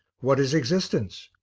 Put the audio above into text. what is existence?